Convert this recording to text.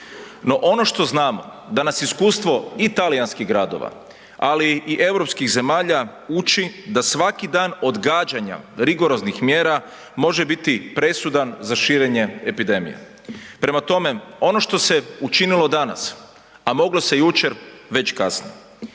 No ono što znamo da nas iskustvo i talijanskih gradova, ali i europskih zemalja uči da svaki dan odgađanja rigoroznih mjera može biti presudan za širenje epidemije. Prema tome, ono što se učinilo danas, a moglo se jučer već je kasno,